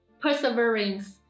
perseverance